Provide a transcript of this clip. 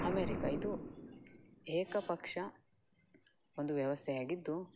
America ಇದು ಏಕ ಪಕ್ಷ ಒಂದು ವ್ಯವಸ್ಥೆಯಾಗಿದ್ದು